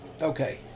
Okay